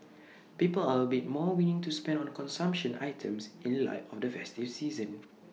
people are A bit more willing to spend on consumption items in light of the festive season